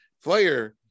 flair